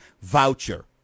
voucher